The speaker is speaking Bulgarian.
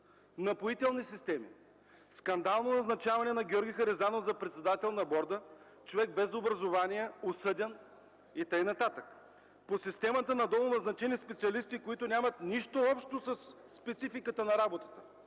„Напоителни системи”. Скандално назначаване на Георги Харизанов за председател на борда – човек без образование, осъден и така нататък, по системата на новоназначени специалисти, които нямат нищо общо със спецификата на работата!